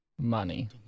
money